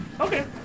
Okay